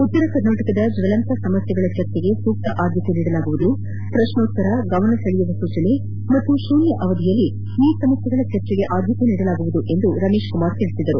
ಉತ್ತರ ಕರ್ನಾಟಕದ ಜ್ವಲಂತ ಸಮಸ್ಕೆಗಳ ಚರ್ಚೆಗೆ ಸೂಕ್ತ ಆದ್ಭತೆ ನೀಡಲಾಗುವುದು ಪ್ರಶ್ನೋತ್ತರ ಗಮನಸೆಳೆಯುವ ಸೂಚನೆ ಮತ್ತು ಶೂನ್ಯ ಅವಧಿಯಲ್ಲಿ ಈ ಸಮಸ್ಥೆಗಳ ಚರ್ಚೆಗೆ ಆದ್ಯತೆ ನೀಡಲಾಗುವುದು ಎಂದು ರಮೇಶ್ ಕುಮಾರ್ ತಿಳಿಸಿದರು